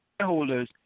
Shareholders